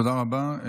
תודה רבה.